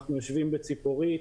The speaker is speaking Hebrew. אנחנו נמצאים בציפורית